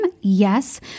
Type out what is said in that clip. Yes